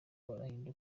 barabikunda